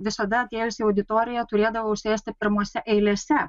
visada atėjus į auditoriją turėdavau sėsti pirmose eilėse